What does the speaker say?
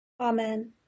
Amen